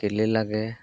কেলে লাগে